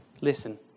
Listen